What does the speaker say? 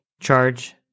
charge